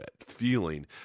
feeling